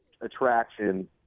attraction